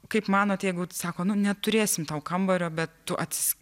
kaip manot jeigu sako nu neturėsim tau kambario bet tu